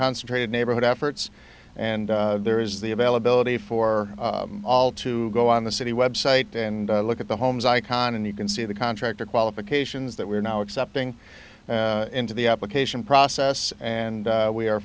concentrated neighborhood efforts and there is the availability for all to go on the city website and look at the homes icon and you can see the contractor qualifications that we are now accepting into the application process and we are